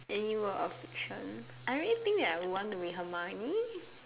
any world of fiction I really think that I would want to be Hermione